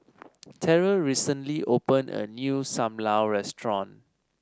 Terrill recently opened a new Sam Lau Restaurant